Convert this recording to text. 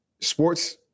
sports